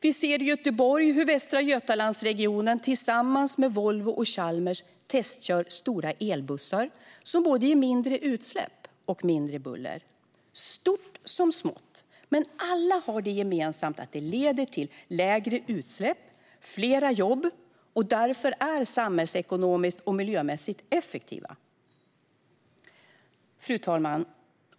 Vi ser i Göteborg hur Västra Götalandsregionen tillsammans med Volvo och Chalmers testkör stora elbussar som ger både mindre utsläpp och mindre buller. Stora som små lösningar - alla har de det gemensamt att de leder till lägre utsläpp och flera jobb och därför är samhällsekonomiskt och miljömässigt effektiva. Fru talman!